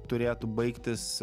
turėtų baigtis